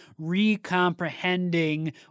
recomprehending